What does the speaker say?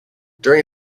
during